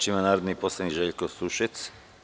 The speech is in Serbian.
Reč ima narodni poslanik Željko Sušec.